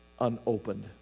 unopened